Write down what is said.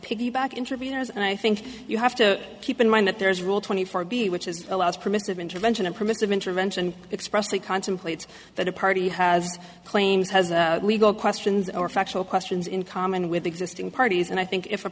piggyback intervenors and i think you have to keep in mind that there's rule twenty four b which is a lot of permissive intervention a permissive intervention expressly contemplates that a party has claims has legal questions or factual questions in common with existing parties and i think if a